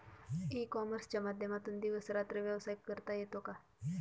E कॉमर्सच्या माध्यमातून दिवस रात्र व्यवसाय करता येतो का?